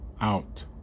out